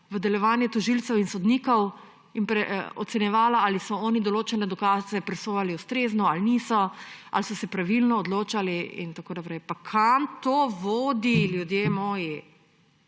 v delovanje tožilcev in sodnikov in ocenjevala, ali so oni določene dokaze presojali ustrezno ali niso, ali so se pravilno odločali in tako naprej. Pa kam to vodi, ljudje moji?!